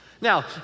Now